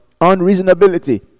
unreasonability